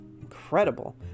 incredible